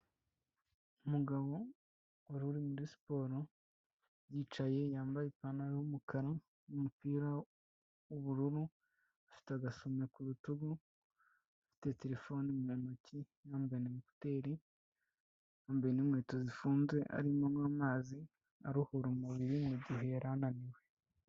Umugabo wari uri muri siporo yicaye yambaye ipantaro yumukara numupira wubururu afite agasome ku rutugu afite telefone muretoki yambayeteri ambe n'inkweto zifunze arimo anywa amazi aruhura umuriri mu gihe yari ananiwe.